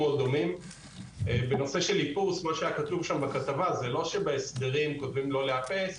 אבל כמו שאתם יודעים, אין היום מס פחמן.